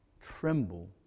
tremble